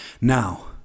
Now